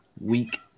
Week